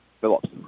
Phillips